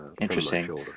Interesting